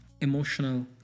emotional